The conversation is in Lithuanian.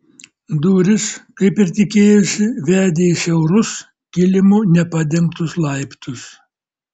durys kaip ir tikėjosi vedė į siaurus kilimu nepadengtus laiptus